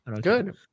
Good